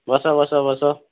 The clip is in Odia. ବସ ବସ ବସ